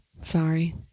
Sorry